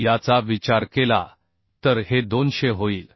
याचा विचार केला तर हे 200 होईल